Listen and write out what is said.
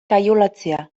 kaiolatzea